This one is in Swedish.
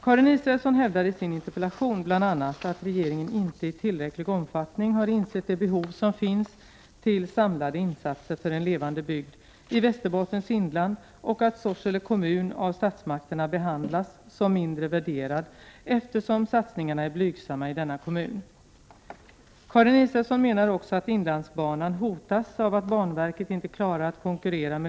Karin Israelsson hävdar i sin interpellation bl.a. att regeringen inte i tillräcklig omfattning har insett det behov som finns till samlade insatser för en levande bygd i Västerbottens inland och att Sorsele kommun av statsmakterna behandlas som mindre värderad eftersom satsningarna är blygsamma i denna kommun.